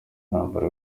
intambara